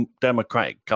democratic